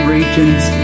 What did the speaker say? Region's